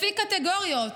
לפי קטגוריות,